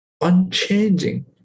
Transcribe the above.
unchanging